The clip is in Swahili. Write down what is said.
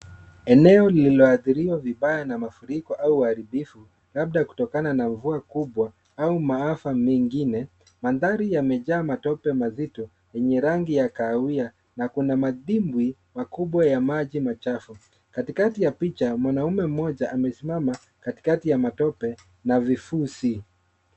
Eneo lililoathiriwa vibaya na mafuriko au uharibifu labda kutokana na mvua kubwa au maafa mengine. Mandhari yamejaa matope mazito yenye rangi ya kahawia na kuna madimbwi makubwa ya maji machafu. Katikati ya picha, mwanaume mmoja amesimama katikati ya matope na vifuzi.